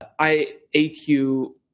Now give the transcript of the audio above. IAQ